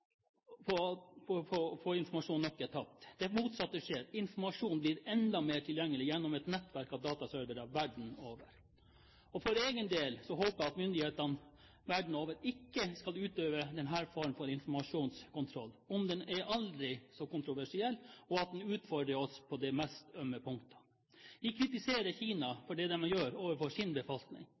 på informasjon nok er tapt. Det motsatte skjer: Informasjon blir enda mer tilgjengelig gjennom et nettverk av dataservere verden over. For egen del håper jeg at myndighetene verden over ikke skal utøve denne form for informasjonskontroll – om den er aldri så kontroversiell og utfordrer oss på de mest ømme punktene. Vi kritiserer Kina for det de gjør overfor sin befolkning,